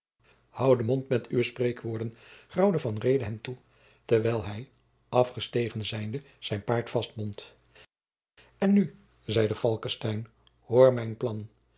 hou den mond met uwe spreekwoorden graauwde van reede hem toe terwijl hij afgestegen zijnde zijn paard vastbond en nu zeide falckestein hoor mijn plan